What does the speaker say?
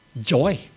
joy